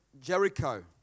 Jericho